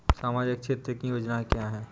सामाजिक क्षेत्र की योजनाएँ क्या हैं?